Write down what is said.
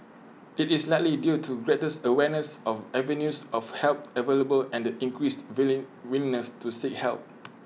IT is likely due to greater awareness of avenues of help available and the increased willing willingness to seek help